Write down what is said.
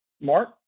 Mark